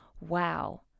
wow